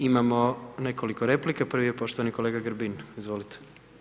Imamo nekoliko replika, prvi je poštovani kolega Grbin, izvolite.